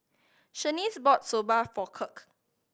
Shanice bought Soba for Kirk